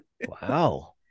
wow